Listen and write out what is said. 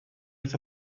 wrth